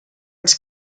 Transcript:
its